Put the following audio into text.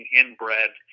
inbred